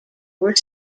were